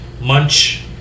munch